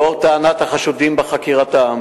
לאור טענת החשודים בחקירתם